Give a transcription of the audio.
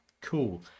cool